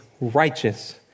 righteous